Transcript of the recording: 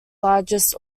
largest